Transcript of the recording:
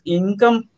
income